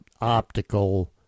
optical